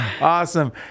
awesome